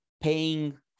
paying